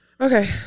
okay